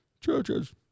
Churches